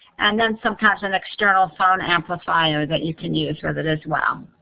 and then sometimes an external phone amplifier that you can use with it as well.